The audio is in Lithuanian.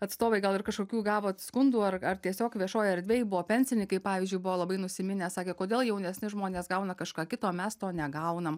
atstovai gal ir kažkokių gavot skundų ar ar tiesiog viešojoj erdvėj buvo pensininkai pavyzdžiui buvo labai nusiminę sakė kodėl jaunesni žmonės gauna kažką kito o mes to negaunam